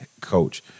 coach